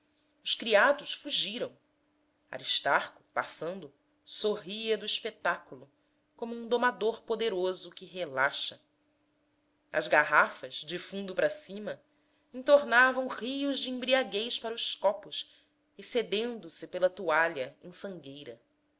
os criados fugiram aristarco passando sorria do espetáculo como um domador poderoso que relaxa as garrafas de fundo para cima entornavam rios de embriaguez para os copos excedendo se pela toalha em sangueira